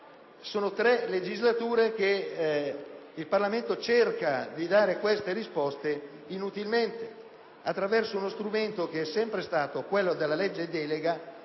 Sono tre legislature che il Parlamento cerca inutilmente di dare queste risposte attraverso uno strumento che è sempre stato quello della legge delega